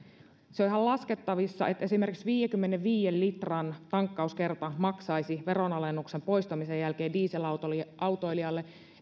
ihan laskettavissa että viidenkymmenenviiden litran tankkauskerta maksaisi veronalennuksen poistamisen jälkeen dieselautoilijalle